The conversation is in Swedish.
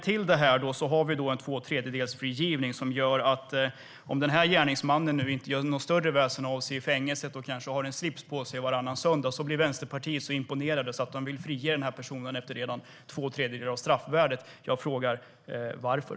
Till detta kommer tvåtredjedelsfrigivningen, som innebär att gärningsmannen, om han inte gör något större väsen av sig i fängelset och kanske har slips på sig varannan söndag, gör vänsterpartisterna så imponerade att de vill frige honom efter två tredjedelar av strafftiden. Jag frågar: Varför?